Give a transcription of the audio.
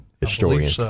historian